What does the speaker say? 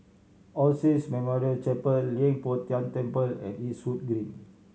All Saints Memorial Chapel Leng Poh Tian Temple and Eastwood Green